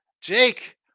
Jake